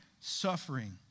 suffering